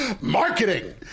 marketing